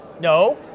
No